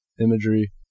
imagery